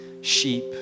sheep